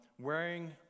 wearing